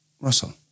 Russell